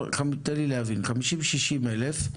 50,000-60,000,